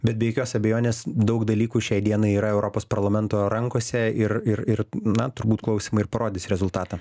bet be jokios abejonės daug dalykų šiai dienai yra europos parlamento rankose ir ir ir na turbūt klausymai ir parodys rezultatą